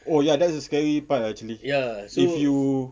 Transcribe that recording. oh ya that's the scary part actually if you